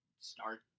start